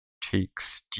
takes